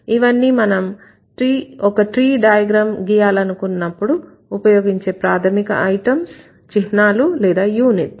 ఇవన్నీమనం ఒక tree diagram గీయాలను కున్నప్పుడు ఉపయోగించే ప్రాథమిక ఐటమ్స్ చిహ్నాలు లేదా యూనిట్స్